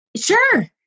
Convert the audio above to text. Sure